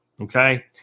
Okay